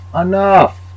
enough